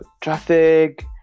traffic